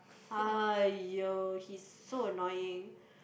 !aiyo! he's so annoying